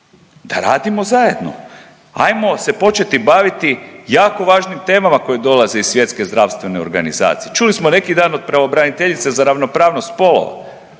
da radimo zajedno. Ajmo se početi baviti jako važnim temama koje dolaze iz Svjetske zdravstvene organizacije. Čuli smo neki dan od pravobraniteljice za ravnopravnost spolova,